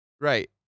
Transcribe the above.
Right